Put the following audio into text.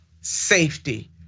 safety